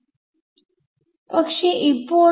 ആണ് രണ്ടാമത്തെ ടെർമ്